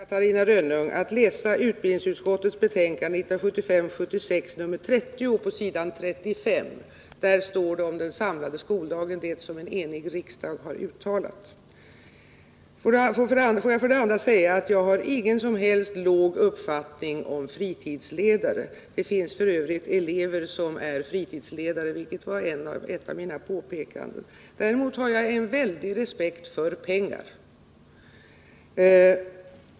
Fru talman! Får jag för det första föreslå att Catarina Rönnung läser utbildningsutskottets betänkande 1975/76:30 på s. 35. Där står om den samlade skoldagen det som en enig riksdag har uttalat. Får jag för det andra säga att jag inte alls har någon låg uppfattning om fritidsledare. Det finns f. ö. elever som är fritidsledare, vilket var ett av mina påpekanden. Däremot har jag en väldig respekt för pengar.